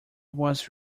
was